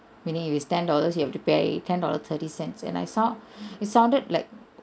meaning if it's ten dollars you have to pay ten dollar thirty cents and I saw it sounded like